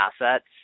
assets